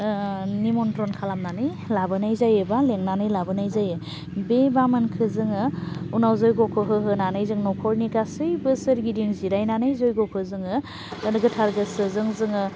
निमनट्रन खालामनानै लाबोनाय जायो बा लेंनानै लाबोनाय जायो बे बामोनखौ जोङो उनाव जयग'खौ होहोनानै जों न'खरनि गासैबो सोरगिदिं जिरायनानै जयग'खौ जोङो गोथार गोसोजों जोङो